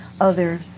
others